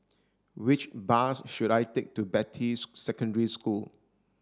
which bus should I take to Beatty Secondary School